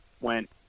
went